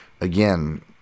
Again